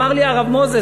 אמר לי הרב מוזס,